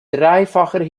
dreifacher